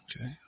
Okay